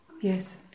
Yes